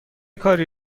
کاری